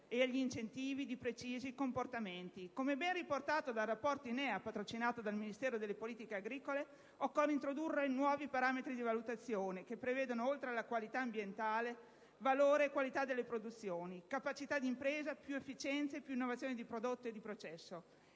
ed incentivi per precisi comportamenti. Come ben riportato dal rapporto INEA, patrocinato dal Ministero delle politiche agricole, occorre introdurre nuovi parametri di valutazione che prevedano, oltre alla qualità ambientale, valore e qualità delle produzioni, capacità di impresa, più efficienza, più innovazioni di prodotto e di processo,